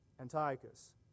Antiochus